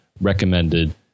recommended